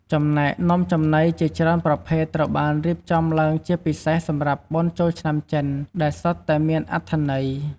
ចំណែក នំចំណីជាច្រើនប្រភេទត្រូវបានរៀបចំឡើងជាពិសេសសម្រាប់បុណ្យចូលឆ្នាំចិន ដែលសុទ្ធតែមានអត្ថន័យ។